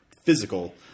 physical